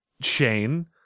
Shane